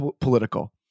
political